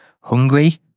hungry